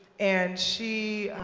and she